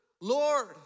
Lord